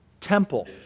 temple